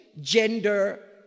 gender